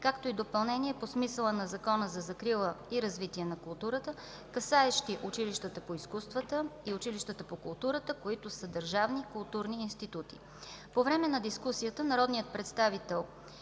както и допълнение по смисъла на Закона за закрила и развитие на културата, касаещи училищата по изкуствата и училищата по културата, които са държавни културни институти. По време на дискусията народният представител